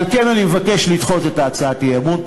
על כן אני מבקש לדחות את הצעת האי-אמון.